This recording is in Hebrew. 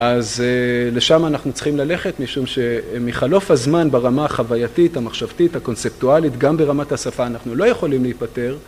אז לשם אנחנו צריכים ללכת, משום שמחלוף הזמן ברמה החווייתית, המחשבתית, הקונספטואלית, גם ברמת השפה אנחנו לא יכולים להיפטר